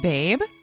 Babe